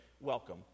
Welcome